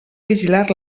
vigilar